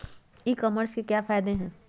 ई commerce के क्या फायदे हैं?